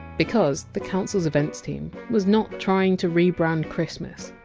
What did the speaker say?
because the council! s events team was not trying to rebrand christmas.